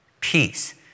peace